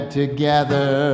together